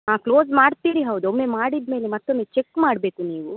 ಹಾಂ ಕ್ಲೋಸ್ ಮಾಡ್ತೀರಿ ಹೌದು ಒಮ್ಮೆ ಮಾಡಿದ ಮೇಲೆ ಮತ್ತೊಮ್ಮೆ ಚೆಕ್ ಮಾಡಬೇಕು ನೀವು